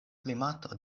klimato